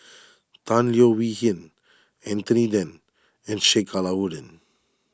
Tan Leo Wee Hin Anthony then and Sheik Alau'ddin